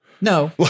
No